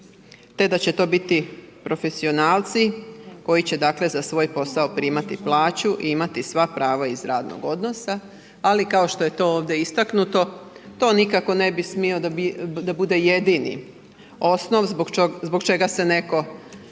te da će to biti profesionalci koji će za svoj posao primati plaću i imati sva prava iz radnog odnosa ali kao što je to ovdje istaknuto, to nikako ne bi smio da bude jedini osnov zbog čega netko